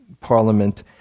parliament